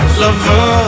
lover